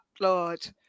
Lord